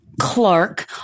Clark